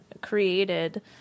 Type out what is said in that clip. created